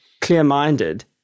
clear-minded